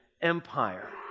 Empire